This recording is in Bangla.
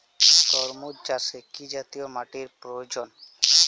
তরমুজ চাষে কি জাতীয় মাটির প্রয়োজন?